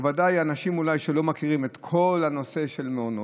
או ודאי אנשים שלא מכירים את כל הנושא של המעונות: